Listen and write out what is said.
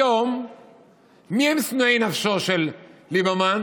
היום מי הם שנואי נפשו של ליברמן?